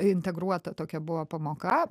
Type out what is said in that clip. integruota tokia buvo pamoka